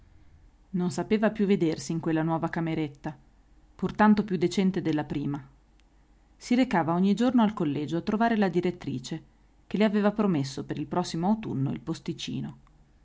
non sapeva più vedersi in quella nuova cameretta pur tanto più decente della prima si recava ogni giorno al collegio a trovare la direttrice che le aveva promesso per il prossimo autunno il posticino